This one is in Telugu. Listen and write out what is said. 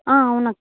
అవును